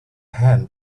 hand